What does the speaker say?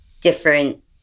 different